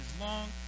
long